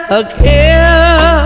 again